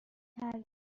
ترک